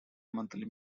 monthly